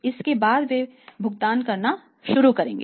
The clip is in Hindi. इसके बाद वे भुगतान करना शुरू कर देंगे